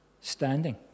standing